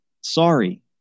sorry